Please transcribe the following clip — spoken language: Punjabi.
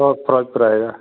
ਤੋਂ ਫਿਰੋਜ਼ਪੁਰ ਆਏਗਾ